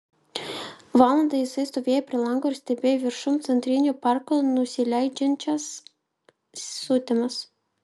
valandą jisai stovėjo prie lango ir stebėjo viršum centrinio parko nusileidžiančias sutemas